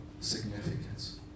significance